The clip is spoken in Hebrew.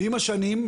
ועם השנים,